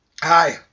Hi